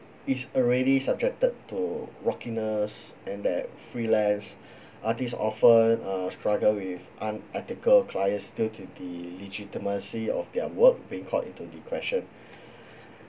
is already subjected to rockiness and that freelance artist often uh struggle with unethical clients due to the legitimacy of their work being called into the question